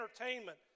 entertainment